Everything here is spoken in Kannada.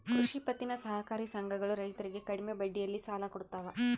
ಕೃಷಿ ಪತ್ತಿನ ಸಹಕಾರಿ ಸಂಘಗಳು ರೈತರಿಗೆ ಕಡಿಮೆ ಬಡ್ಡಿಯಲ್ಲಿ ಸಾಲ ಕೊಡ್ತಾವ